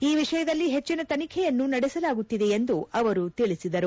ಈ ವಿಷಯದಲ್ಲಿ ಹೆಚ್ಚಿನ ತನಿಖೆಯನ್ನು ನಡೆಸಲಾಗುತ್ತಿದೆ ಎಂದು ಅವರು ತಿಳಿಸಿದರು